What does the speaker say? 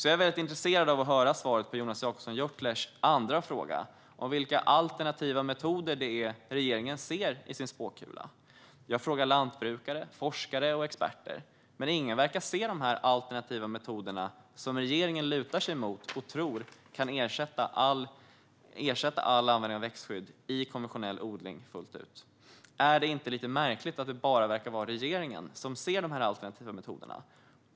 Jag är intresserad av att höra svaret på Jonas Jacobsson Gjörtlers andra fråga som handlar om vilka alternativa metoder regeringen ser i sin spåkula. Jag frågar lantbrukare, forskare och experter, men ingen verkar se de här alternativa metoderna som regeringen lutar sig mot och tror kan ersätta all användning av växtskydd i konventionell odling fullt ut. Är det inte lite märkligt att det bara verkar vara regeringen som ser de här alternativa metoderna?